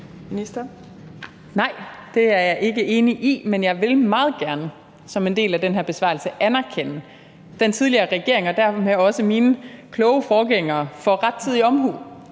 Nej, det er jeg ikke enig i, men jeg vil meget gerne som en del af den her besvarelse anerkende den tidligere regering og dermed også mine kloge forgængere for rettidig omhu,